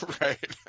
Right